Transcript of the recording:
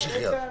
כמה יצא?